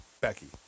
Becky